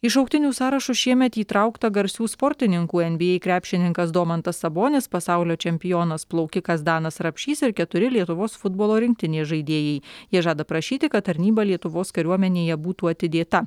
į šauktinių sąrašus šiemet įtraukta garsių sportininkų nba krepšininkas domantas sabonis pasaulio čempionas plaukikas danas rapšys ir keturi lietuvos futbolo rinktinės žaidėjai jie žada prašyti kad tarnyba lietuvos kariuomenėje būtų atidėta